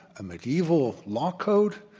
a medieval law code,